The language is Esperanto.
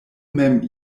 mem